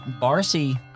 Barcy